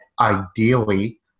ideally